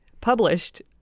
published